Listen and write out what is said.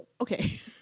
okay